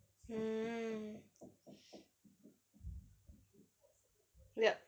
yup